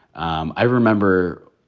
um i remember,